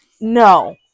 No